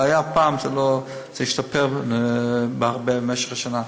זה היה פעם וזה השתפר הרבה במשך השנה.